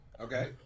Okay